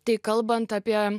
tai kalbant apie